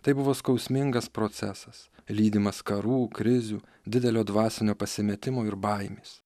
tai buvo skausmingas procesas lydimas karų krizių didelio dvasinio pasimetimo ir baimės